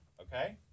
Okay